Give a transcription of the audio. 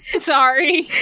Sorry